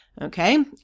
Okay